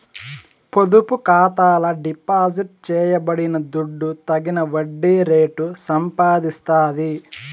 పొదుపు ఖాతాల డిపాజిట్ చేయబడిన దుడ్డు తగిన వడ్డీ రేటు సంపాదిస్తాది